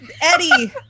eddie